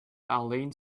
arlene